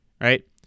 right